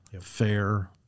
fair